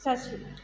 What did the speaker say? जासिगोन